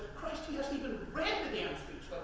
christ, he hasn't even read the damn speech,